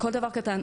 כל דבר קטן,